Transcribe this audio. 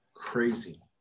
Crazy